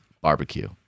barbecue